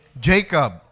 Jacob